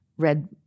Red